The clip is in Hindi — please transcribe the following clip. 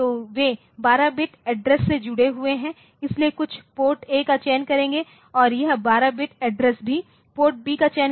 तो वे 12 बिट एड्रेस से जुड़े हुए हैं इसलिए कुछ PORT A का चयन करेंगे और यह 12 बिटएड्रेस भी PORT B का चयन करेगा